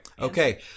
Okay